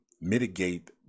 mitigate